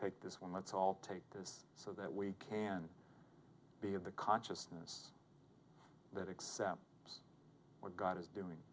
take this one let's all take this so that we can be in the consciousness that except what god is doing